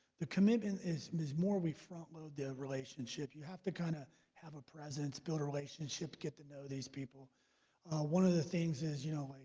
the commitment is is more we front-load the relationship you have to kind of have a presence build relationship get to know these people one of the things is you know,